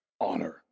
Honor